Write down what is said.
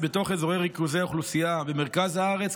גם בתוך אזורי ריכוזי אוכלוסייה במרכז הארץ,